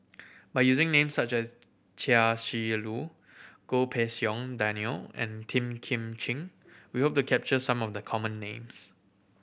by using names such as Chia Shi Lu Goh Pei Siong Daniel and Tan Kim Ching we hope to capture some of the common names